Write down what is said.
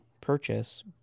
purchase